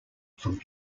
from